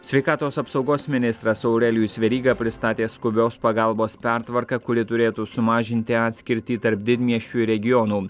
sveikatos apsaugos ministras aurelijus veryga pristatė skubios pagalbos pertvarką kuri turėtų sumažinti atskirtį tarp didmiesčių ir regionų